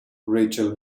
rachel